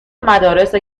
مدارس